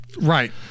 Right